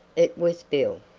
it was bill.